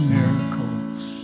Miracles